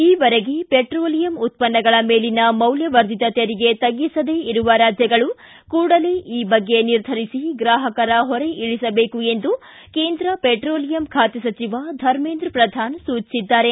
ಈವರೆಗೆ ಪೆಟ್ರೋಲಿಯಂ ಉತ್ಪನ್ನಗಳ ಮೇಲಿನ ಮೌಲ್ವವರ್ಧಿತ ತೆರಿಗೆ ತಗ್ಗಿಸದೇ ಇರುವ ರಾಜ್ಯಗಳು ಕೂಡಲೇ ಈ ಬಗ್ಗೆ ನಿರ್ಧರಿಸಿ ಗ್ರಾಪಕರ ಹೊರೆ ಇಳಿಸಬೇಕು ಎಂದು ಕೇಂದ್ರ ಪೆಟ್ರೋಲಿಯಂ ಖಾತೆ ಸಚಿವ ಧರ್ಮೇಂದ್ರ ಪ್ರಧಾನ ಸೂಚಿಸಿದ್ದಾರೆ